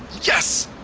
yes!